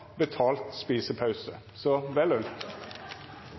betalt spisepause! Vel